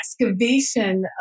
excavation